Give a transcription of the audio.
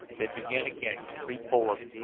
they began again to creep forward,